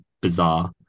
bizarre